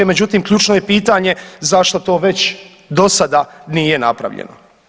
Međutim, ključno je pitanje zašto to već do sada nije napravljeno.